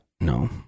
No